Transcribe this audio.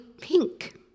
pink